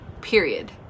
Period